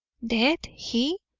dead! he!